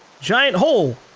giant hole